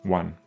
one